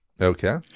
Okay